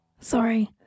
sorry